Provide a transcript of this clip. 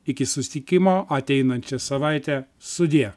iki susitikimo ateinančią savaitę sudie